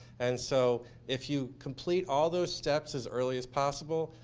and so if you complete all those steps as early as possible,